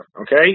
okay